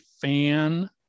fan